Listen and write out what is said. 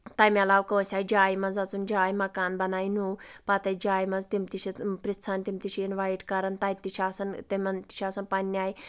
تَمہِ علاوٕ کٲنٛسہِ آسہِ جایہِ منٛز اَژُن جاے مکان بَنایہِ نوٚو پَتہٕ اَژِ جایہِ منٛز تِم تہِ چھِ پرژھان تِم تہِ چھِ اِنوایِٹ کران تَتہِ تہِ چھِ آسان تِمن تہِ چھُ آسَان پَنٕنہِ آیہِ